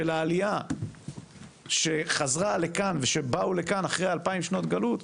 של העלייה שחזרה לכאן ושבאו לכאן אחרי 2,000 שנות גלות,